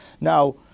Now